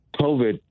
COVID